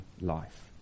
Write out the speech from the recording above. life